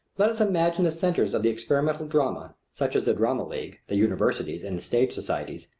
let us imagine the centres of the experimental drama, such as the drama league, the universities, and the stage societies,